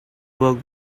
work